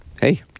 Hey